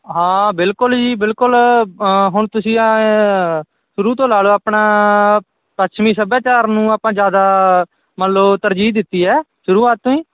ਹਾਂ ਬਿਲਕੁਲ ਜੀ ਬਿਲਕੁਲ ਹੁਣ ਤੁਸੀਂ ਸ਼ੁਰੂ ਤੋਂ ਲਾ ਲਓ ਆਪਣਾ ਪੱਛਮੀ ਸੱਭਿਆਚਾਰ ਨੂੰ ਆਪਾਂ ਜ਼ਿਆਦਾ ਮੰਨ ਲਓ ਤਰਜੀਹ ਦਿੱਤੀ ਹੈ ਸ਼ੁਰੂਆਤ ਤੋਂ ਹੀ